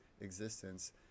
existence